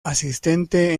asistente